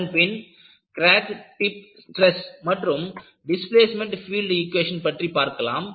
அதன்பின் crack tip stress மற்றும் displacement field equation பற்றி பார்க்கலாம்